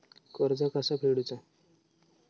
कर्ज कसा फेडुचा?